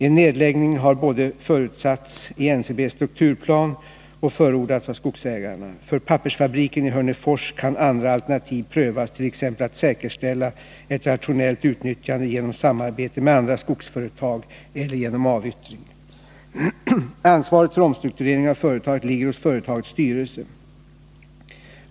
En nedläggning har både förutsatts i NCB:s strukturplan och förordats av skogsägarna. För pappersfabriken i Hörnefors kan andra alternativ prövas, t.ex. att säkerställa ett rationellt utnyttjande genom samarbete med andra skogsföretag eller genom avyttring. Ansvaret för omstruktureringen av företaget ligger hos företagets styrelse.